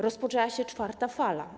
Rozpoczęła się czwarta fala.